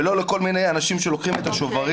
ולא לכל מיני אנשים שלוקחים את השוברים